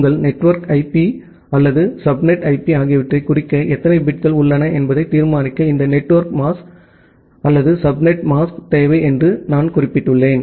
உங்கள் network IP அல்லது subnet IP ஆகியவற்றைக் குறிக்க எத்தனை பிட்கள் உள்ளன என்பதைத் தீர்மானிக்க இந்த நெட்மாஸ்க் அல்லது சப்நெட் மாஸ்க் தேவை என்று நான் குறிப்பிட்டுள்ளேன்